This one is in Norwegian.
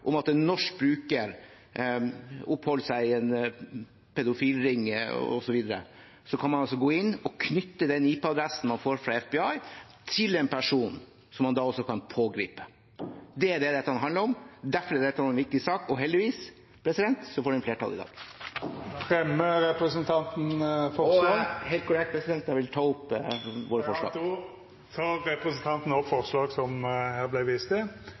om at en norsk bruker oppholdt seg i en pedofiliring, osv. Da kan man gå inn og knytte den IP-adressen man får fra FBI, til en person, som man da også kan pågripe. Det er det dette handler om. Derfor er dette en viktig sak, og heldigvis får den flertall i dag. Fremjar representanten forslag? Helt korrekt, president. Jeg vil ta opp forslaget fra Høyre og Fremskrittspartiet. Då har representanten Per-Willy Amundsen teke opp det forslaget han viste til.